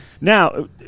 now